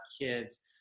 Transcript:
kids